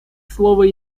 слово